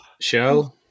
show